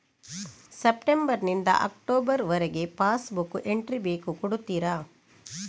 September ನಿಂದ October ವರಗೆ passbook entry ಬೇಕು ಕೊಡುತ್ತೀರಾ?